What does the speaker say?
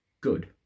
good